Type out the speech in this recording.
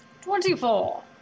Twenty-four